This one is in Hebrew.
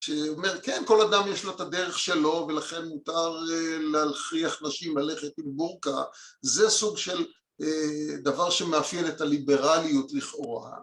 שאומר, כן, כל אדם יש לו את הדרך שלו, ולכן מותר להכריח נשים ללכת עם בורקה. זה סוג של דבר שמאפיין את הליברליות לכאורה